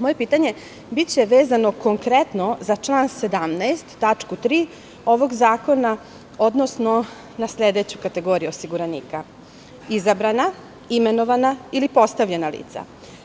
Moje pitanje biće vezano konkretno za član 17. tačku 3. ovog zakona, odnosno na sledeću kategoriju osiguranika – izabrana, imenovana ili postavljena lica,